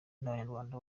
n’abanyarwanda